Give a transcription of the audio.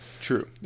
True